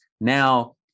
Now